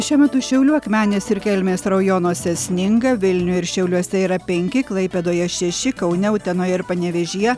šiuo metu šiaulių akmenės ir kelmės rajonuose sninga vilniuj ir šiauliuose yra penki klaipėdoje šeši kaune utenoje ir panevėžyje